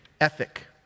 ethic